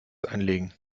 einlegen